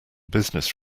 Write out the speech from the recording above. business